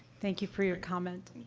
thank you for your comment.